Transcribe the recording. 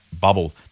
bubble